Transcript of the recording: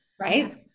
right